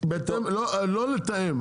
לא לתאם,